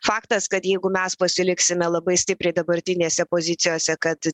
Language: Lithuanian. faktas kad jeigu mes pasiliksime labai stipriai dabartinėse pozicijose kad